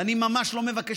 ואני ממש לא מבקש,